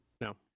No